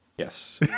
Yes